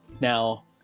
Now